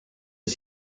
est